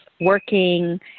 working